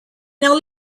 now